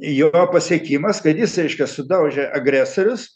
jo pasiekimas kad jis reiškia sudaužė agresorius